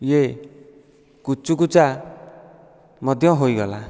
ୟେ କୁଚୁକୁଚା ମଧ୍ୟ ହୋଇଗଲା